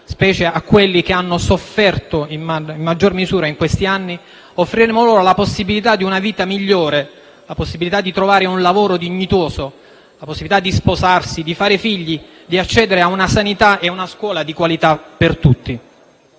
specie a quelli che hanno sofferto in maggior misura in questi anni, la possibilità di una vita migliore, la possibilità di trovare un lavoro dignitoso, la possibilità di sposarsi, di fare figli e di accedere a una sanità e a una scuola di qualità per tutti.